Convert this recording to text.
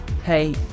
Hey